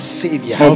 savior